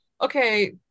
okay